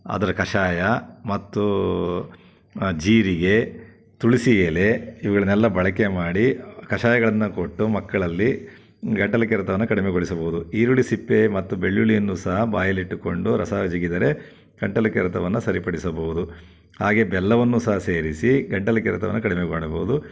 ಅದರ ಕಷಾಯ ಮತ್ತು ಜೀರಿಗೆ ತುಳಸಿ ಎಲೆ ಇವುಗಳ್ನೆಲ್ಲ ಬಳಕೆ ಮಾಡಿ ಕಷಾಯಗಳನ್ನ ಕೊಟ್ಟು ಮಕ್ಕಳಲ್ಲಿ ಗಂಟಲು ಕೆರೆತವನ್ನು ಕಡಿಮೆಗೊಳಿಸಬಹುದು ಈರುಳ್ಳಿ ಸಿಪ್ಪೆ ಮತ್ತು ಬೆಳ್ಳುಳ್ಳಿಯನ್ನು ಸಹ ಬಾಯಲ್ಲಿಟ್ಟುಕೊಂಡು ರಸ ಜಗಿದರೆ ಗಂಟಲು ಕೆರೆತವನ್ನು ಸರಿಪಡಿಸಬಹುದು ಹಾಗೇ ಬೆಲ್ಲವನ್ನು ಸಹ ಸೇರಿಸಿ ಗಂಟಲು ಕೆರೆತವನ್ನು ಕಡಿಮೆ ಮಾಡಬಹುದು